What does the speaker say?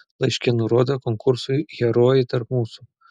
laiške nurodė konkursui herojai tarp mūsų